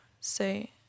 say